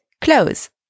Clothes